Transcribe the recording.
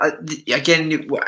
Again